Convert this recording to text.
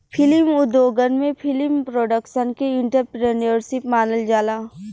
film उद्योगन में film production के एंटरप्रेन्योरशिप मानल जाला